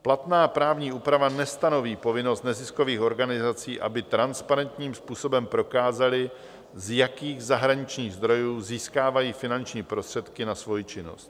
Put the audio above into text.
Platná právní úprava nestanoví povinnost neziskových organizací, aby transparentním způsobem prokázaly, z jakých zahraničních zdrojů získávají finanční prostředky na svoji činnost.